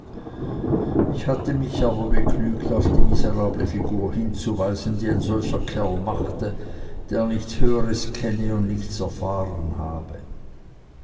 ich hatte mich aber begnügt auf die miserable figur hinzuweisen die ein solcher kerl mache der nichts höheres kenne und nichts erfahren habe